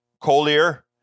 Collier